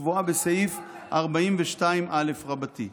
שקבועה בסעיף 42א רבתי.